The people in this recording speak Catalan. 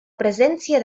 presència